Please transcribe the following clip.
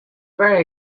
very